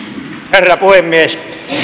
herra puhemies